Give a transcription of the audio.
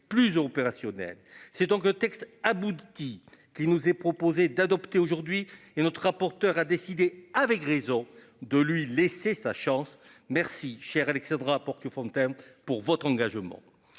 C'est donc le texte abouti qui nous est proposé d'adopter aujourd'hui et notre rapporteur a décidé avec raison de lui laisser sa chance. Merci cher Alexandra pour que Fontaine pour votre engagement